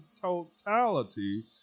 totality